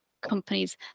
companies